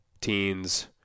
teens